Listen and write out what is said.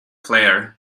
claire